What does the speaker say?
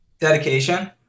dedication